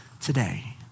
today